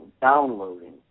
downloading